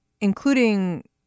including